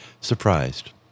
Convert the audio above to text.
surprised